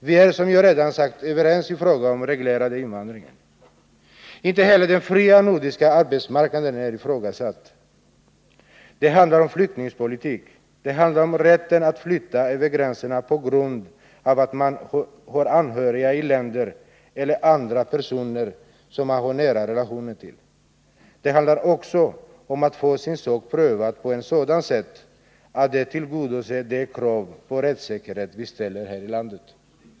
Vi är, som jag redan sagt, överens i frågan om den reglerade invandringen. Inte heller den fria nordiska arbetsmarknaden är ifrågasatt. Det handlar om flyktingpolitik, det handlar om rätten att flytta över gränserna på grund av att man har anhöriga i landet eller andra personer som man har nära relationer till. Det handlar också om att få sin sak prövad på ett sådant sätt att det tillgodoser de krav på rättssäkerhet som vi ställer här i landet.